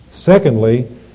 Secondly